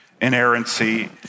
inerrancy